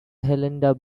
helen